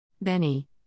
Benny